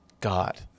God